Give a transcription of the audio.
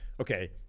okay